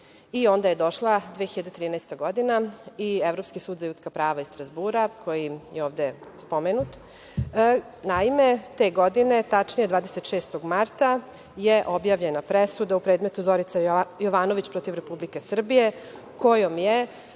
je došla 2013. godina, i Evropski sud za ljudska prava iz Strazbura, koji je ovde spomenut, naime te godine, tačnije 26. marta, je objavio presudu u predmetu Zorica Jovanović protiv Republike Srbije, kojom je